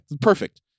Perfect